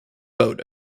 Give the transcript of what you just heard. boat